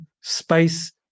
Space